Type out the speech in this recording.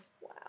Wow